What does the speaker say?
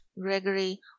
Gregory